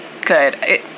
good